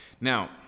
Now